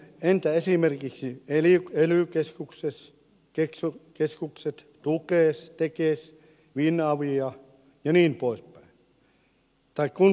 entä esimerkiksi ely keskukset tukes tekes finavia ja niin poispäin tai kuntien työpaikat